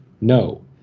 No